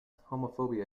homophobia